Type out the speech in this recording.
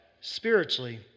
spiritually